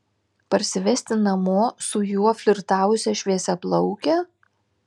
parsivesti namo su juo flirtavusią šviesiaplaukę